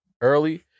early